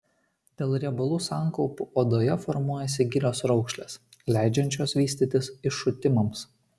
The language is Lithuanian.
dėl riebalų sankaupų odoje formuojasi gilios raukšlės leidžiančios vystytis iššutimams